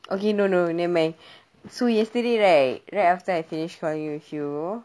okay no no no nevermind so yesterday right right after I finish calling with you